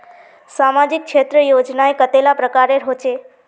सामाजिक क्षेत्र योजनाएँ कतेला प्रकारेर होचे?